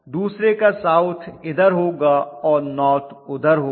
दूसरे का साउथ इधर होगा और नॉर्थ उधर होगा